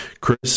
Chris